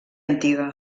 antiga